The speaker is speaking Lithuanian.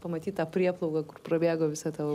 pamatyt tą prieplauką kur prabėgo visa tavo